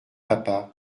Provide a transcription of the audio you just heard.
papa